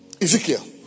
Ezekiel